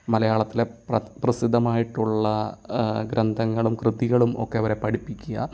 മലയാളത്തിലെ പ്ര പ്രസിദ്ധമായിട്ടുള്ള ഗ്രന്ഥങ്ങളും കൃതികളും ഒക്കെ അവരെ പഠിപ്പിക്കുക